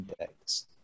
index